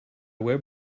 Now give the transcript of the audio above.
web